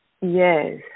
Yes